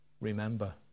remember